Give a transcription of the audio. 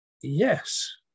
Yes